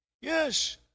yes